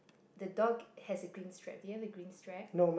the dog has a green strap it has a green strap